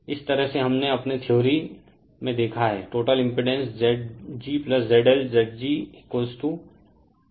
इस तरह से हमने अपने थ्योरी में देखा है टोटल इम्पीडेन्स ZgZLZg 10j20 होगा